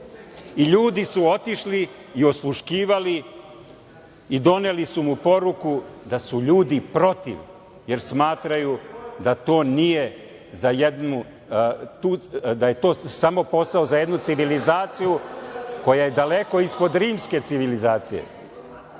I, ljudi su otišli i osluškivali i doneli su mu poruku da su ljudi protiv, jer smatraju da je to samo posao za jednu civilizaciju koja je daleko ispod rimske civilizacije.